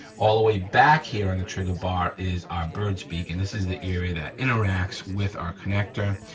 all the way back here on the trigger bar is our bird's break and this is the area that interacts with our connector,